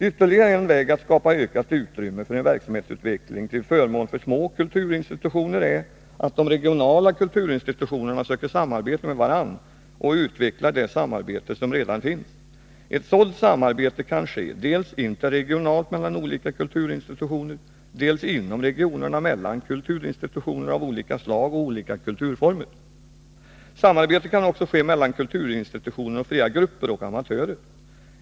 Ytterligare en väg att skapa ökat utrymme för en verksamhetsutveckling till förmån för små kulturinstitutioner är att de regionala kulturinstitutionerna söker samarbete med varandra och utvecklar det samarbete som redan finns. Ett sådant samarbete kan ske dels interregionalt mellan olika kulturinstitutioner, dels inom regionerna mellan kulturinstitutioner av olika slag och olika kulturformer. Samarbete kan också ske mellan kulturinstitutioner och fria grupper och amatörer.